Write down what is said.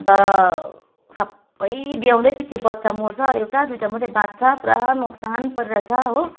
अन्त सबै ब्याउँदैपछि बच्चा मर्छ एउटा दुईवटा मात्रै बाँच्छ पुरा नोक्सान परिरहेको छ हो